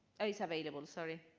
ah is available, sorry.